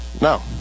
No